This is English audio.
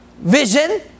vision